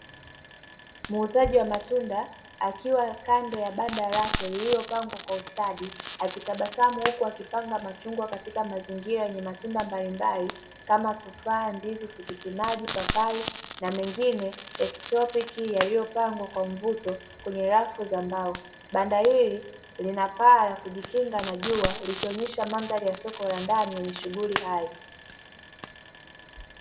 Muuzaji wa matunda akiwa kando ya banda lake lililopangwa kwa ustadi akitabasamu huku akipanga machungwa katika mazingira yenye matunda mbalimbali kama tufaa, ndizi, tikiti maji, papai na mengine ya kitropiki yaliyopangwa kwa mvuto kwenye rafu za mbao. Banda hili lina paa la kujikinga na jua likionyesha mandhari ya soko la ndani lenye shughuli hai.